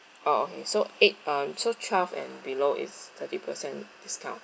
oh okay so eight uh so twelve and below is thirty percent discount